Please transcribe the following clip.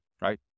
right